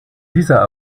dieser